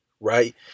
Right